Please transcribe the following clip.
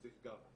לא צריך כמה,